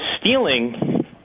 stealing